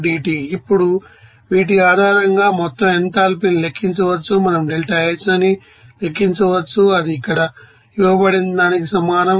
ఇప్పుడు వీటి ఆధారంగా మొత్తం ఎంథాల్పీని లెక్కించవచ్చు మనం డెల్టా H అని లెక్కించవచ్చు అది ఇక్కడ ఇవ్వబడినదానికి సమానం